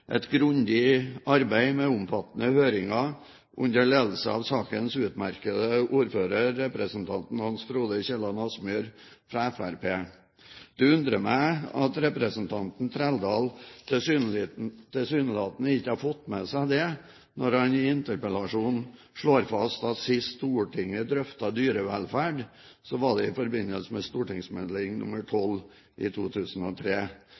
et grundig arbeid med omfattende høringer under ledelse av sakens utmerkede ordfører, representanten Hans Frode Kielland Asmyhr fra Fremskrittspartiet. Det undrer meg at representanten Trældal tilsynelatende ikke har fått med seg dette, når han i interpellasjonen slår fast at sist Stortinget drøftet dyrevelferd, var i forbindelse med